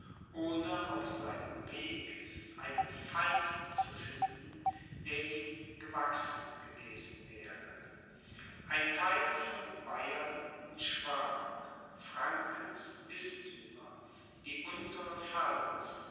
ohne auf seinem weg einen feind zu finden der ihm gewachsen gewesen wäre ein theil von bayern und schwaben frankens bisthümer die untere pfalz